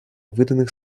выданных